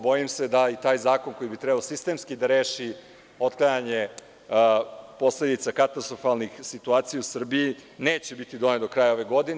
Bojim se da i taj zakon koji bi trebao sistemski da reši otklanjanje posledica katastrofalnih situacija u Srbiji neće biti donet do kraja ove godine.